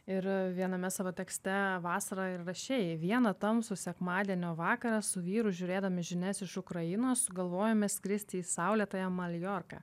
ir viename savo tekste vasarą ir rašei vieną tamsų sekmadienio vakarą su vyru žiūrėdami žinias iš ukrainos sugalvojome skristi į saulėtąją maljorką